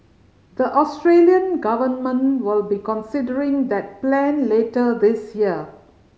the Australian government will be considering that plan later this year